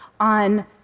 on